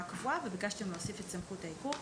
קבועה וביקשתם להוסיף את סמכות העיכוב.